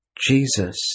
Jesus